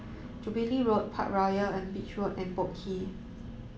Jubilee Road Parkroyal on Beach Road and Boat Quay